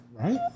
right